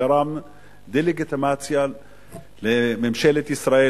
דה-לגיטימציה לממשלת ישראל,